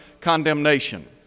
condemnation